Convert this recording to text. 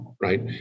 right